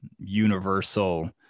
universal